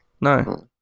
No